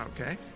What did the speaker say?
Okay